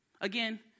Again